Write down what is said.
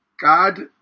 God